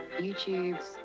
YouTube's